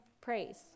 praise